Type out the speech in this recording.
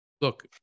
look